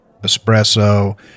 espresso